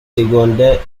secondaires